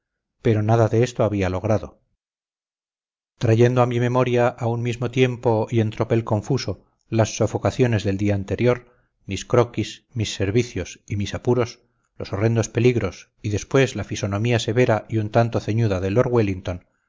pero nada de esto había logrado trayendo a mi memoria a un mismo tiempo y en tropel confuso las sofocaciones del día anterior mi croquis mis servicios y mis apuros los horrendos peligros y después la fisonomía severa y un tanto ceñuda de